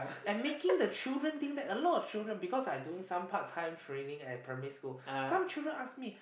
and making the children think that a lot of children because I doing some part time training at primary school some children ask me